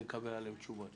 נקבל עליהן תשובות.